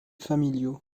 familiaux